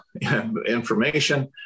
information